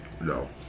No